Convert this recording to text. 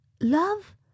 love